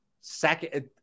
Second